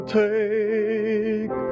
take